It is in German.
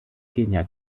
kenia